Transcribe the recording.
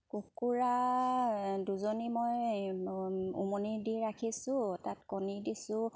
কুকুৰা দুজনী মই উমনি দি ৰাখিছোঁ তাত কণী দিছোঁ